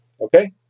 Okay